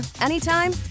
anytime